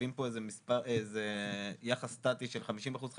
מחייבים פה יחס סטטי של 50%-50%,